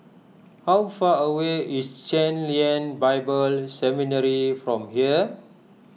how far away is Chen Lien Bible Seminary from here